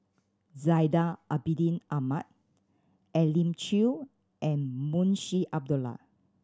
Zainal Abidin Ahmad Elim Chew and Munshi Abdullah